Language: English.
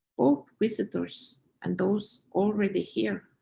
all visitors and those already here.